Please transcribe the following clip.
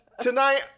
tonight